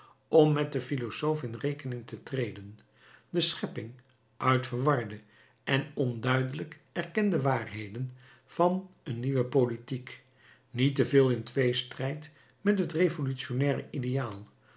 om met den philosoof in rekening te treden de schepping uit verwarde en onduidelijk erkende waarheden van een nieuwe politiek niet te veel in tweestrijd met het revolutionnaire ideaal